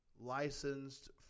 licensed